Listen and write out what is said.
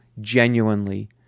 genuinely